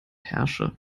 herrsche